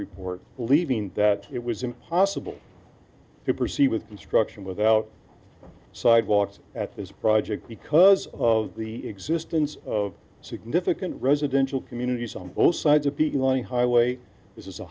report believing that it was impossible to proceed with construction without sidewalks at this project because of the existence of significant residential communities on both sides of the going highway this is a